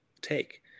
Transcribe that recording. take